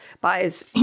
buys